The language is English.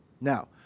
Now